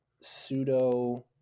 pseudo